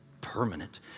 permanent